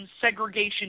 segregation